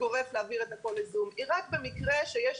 גורף להעביר את הכול ל-זום אלא היא רק במקרה שיש